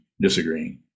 disagreeing